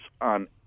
on